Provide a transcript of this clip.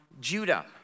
Judah